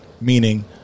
Meaning